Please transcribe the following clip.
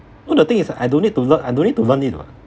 no the thing is I don't need to learn I don't need to learn it [what]